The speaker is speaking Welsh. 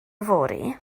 yfory